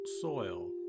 soil